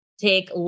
take